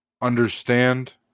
understand